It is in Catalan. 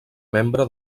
membre